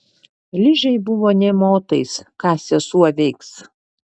ližei buvo nė motais ką sesuo veiks